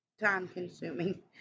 time-consuming